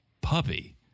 puppy